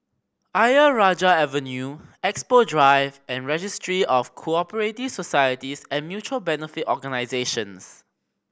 Ayer Rajah Avenue Expo Drive and Registry of Co Operative Societies and Mutual Benefit Organisations